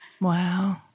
Wow